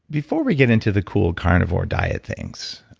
before we get into the cool carnivore diet things,